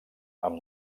amb